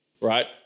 Right